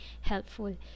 helpful